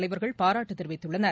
தலைவர்கள் பாராட்டு தெரிவித்துள்ளனர்